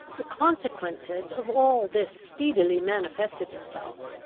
the consequences of all this speedily manifested themselves.